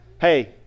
hey